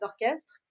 d'orchestre